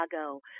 Chicago